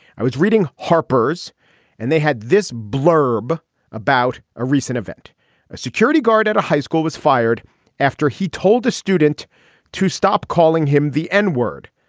i was reading harper's and they had this blurb about a recent event a security guard at a high school was fired after he told the student to stop calling him the n-word.